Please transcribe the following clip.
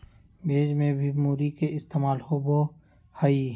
भेज में भी मूरी के इस्तेमाल होबा हई